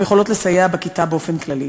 והן יכולות לסייע בכיתה באופן כללי.